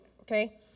okay